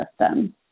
system